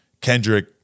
Kendrick